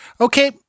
Okay